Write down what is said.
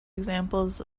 examples